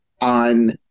on